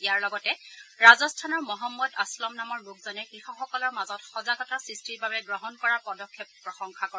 ইয়াৰ লগতে ৰাজস্থানৰ মহম্মদ আছলাম নামৰ লোকজনে কৃষকসকলৰ মাজত সজাগতা সৃষ্টিৰ বাবে গ্ৰহণ কৰা পদক্ষেপক প্ৰশংসা কৰে